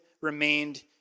remained